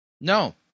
No